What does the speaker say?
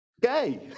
gay